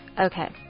Okay